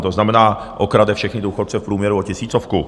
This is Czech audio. To znamená, okrade všechny důchodce v průměru o tisícovku.